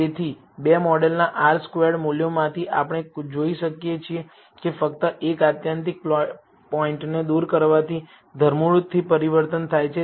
તેથી બે મોડેલના R સ્ક્વેર્ડ મૂલ્યોમાંથી આપણે જોઈ શકીએ છીએ કે ફક્ત એક આત્યંતિક પોઇન્ટને દૂર કરવાથી ધરમૂળથી પરિવર્તન થાય છે